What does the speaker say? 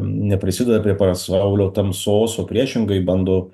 neprisideda prie pasaulio tamsos o priešingai bando